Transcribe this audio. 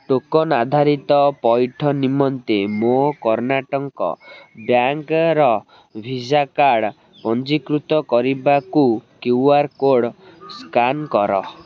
token ଆଧାରିତ ପଇଠ ନିମନ୍ତେ ମୋ କର୍ଣ୍ଣାଟକ୍ ବ୍ୟାଙ୍କ୍ର ଭିସା କାର୍ଡ଼ ପଞ୍ଜୀକୃତ କରିବାକୁ କ୍ୟୁ ଆର୍ କୋଡ଼୍ ସ୍କାନ୍ କର